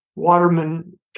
Waterman